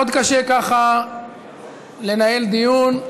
מאוד קשה ככה לנהל דיון.